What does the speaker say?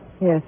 yes